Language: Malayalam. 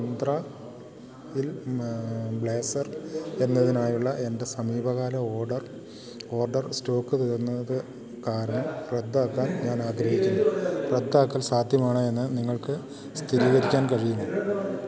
മിന്ത്രയിൽ ബ്ലേസർ എന്നതിനായുള്ള എൻ്റെ സമീപകാല ഓർഡർ സ്റ്റോക്ക് തീർന്നത് കാരണം റദ്ദാക്കാൻ ഞാനാഗ്രഹിക്കുന്നു റദ്ദാക്കൽ സാധ്യമാണോയെന്ന് നിങ്ങൾക്ക് സ്ഥിരീകരിക്കാൻ കഴിയുമോ